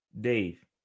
Dave